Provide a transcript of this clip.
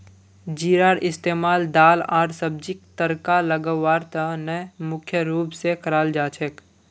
जीरार इस्तमाल दाल आर सब्जीक तड़का लगव्वार त न मुख्य रूप स कराल जा छेक